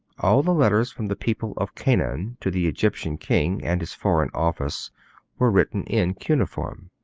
all the letters from the people of canaan to the egyptian king and his foreign office were written in cuneiform.